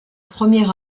premier